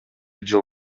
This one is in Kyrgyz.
жыл